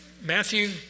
Matthew